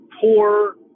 poor